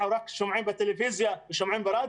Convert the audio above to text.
אנחנו רק שומעים בטלוויזיה וברדיו.